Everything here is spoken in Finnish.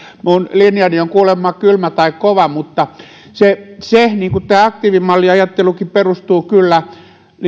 minun linjani on kuulemma kylmä tai kova mutta se se niin kuin tämä aktiivimalliajattelukin perustuu kyllä